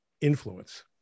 influence